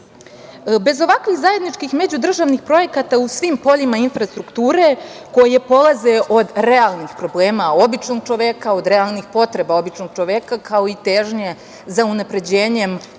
ovakvih zajedničkih međudržavnih projekata u svim poljima infrastrukture, koji polaze od realnih problema običnog čoveka, od realnih potreba običnog čoveka, kao i težnje za unapređenjem